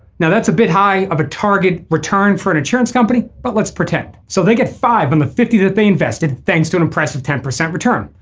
now that's a bit high of a target return for an insurance company but let's pretend so they get five of and the fifty that they invested thanks to an impressive ten percent return.